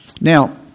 Now